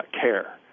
care